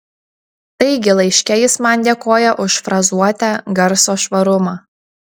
taigi laiške jis man dėkoja už frazuotę garso švarumą